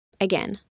Again